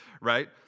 right